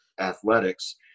athletics